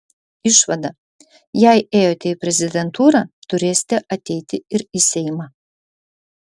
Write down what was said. išvada jei ėjote į prezidentūrą turėsite ateiti ir į seimą